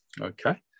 Okay